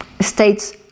States